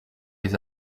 les